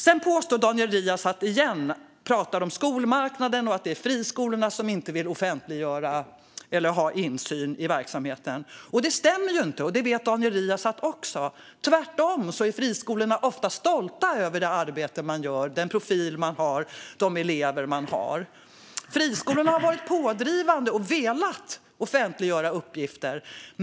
Sedan pratar Daniel Riazat om skolmarknaden och påstår igen att det är friskolorna som inte vill ha insyn i verksamheten. Det stämmer inte, och det vet Daniel Riazat. Tvärtom är friskolorna ofta stolta över det arbete man gör, den profil man har och de elever man har. Friskolorna har varit pådrivande och velat offentliggöra uppgifter.